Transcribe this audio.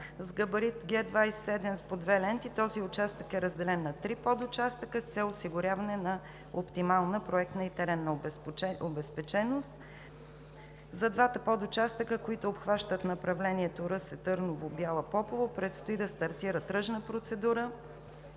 с габарит Г27 с по две ленти, е разделен на три подучастъка с цел осигуряване на оптимална, проектна и теренна обезпеченост. За двата подучастъка, които обхващат направлението Русе – Търново – Бяла – Попово, предстои да стартира тръжна процедура